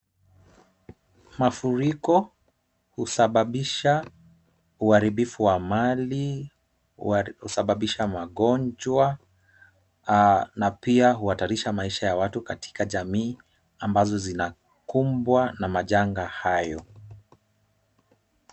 Mafuriko husababisha uharibifu wa mali, husababisha magonjwa na pia huhatarisha maisha ya watu katika jamii ambazo zinakumbwa na majanga hayo.